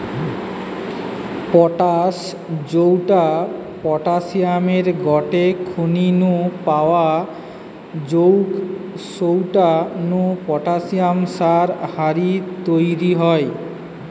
potash জউটা পটাশিয়ামের গটে খনি নু পাওয়া জউগ সউটা নু পটাশিয়াম সার হারি তইরি হয়